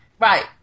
Right